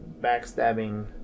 backstabbing